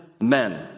men